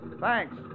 Thanks